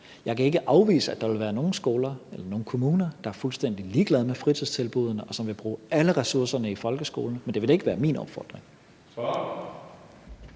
Jeg kan ikke afvise, at der vil være nogle skoler eller nogle kommuner, der er fuldstændig ligeglade med fritidstilbuddene, og som vil bruge alle ressourcerne i folkeskolen, men det vil ikke være min opfordring.